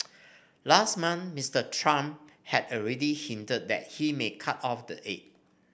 last month Mister Trump had already hinted that he may cut off the aid